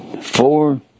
four